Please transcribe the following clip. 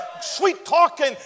sweet-talking